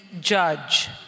judge